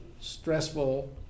stressful